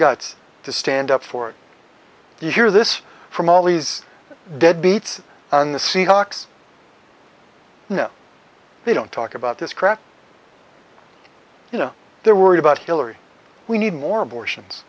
guts to stand up for it you hear this from all these deadbeats on the seahawks no they don't talk about this crap you know they're worried about hillary we need more abortions